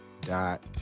dot